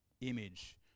image